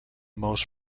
most